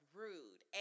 rude